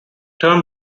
term